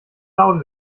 laut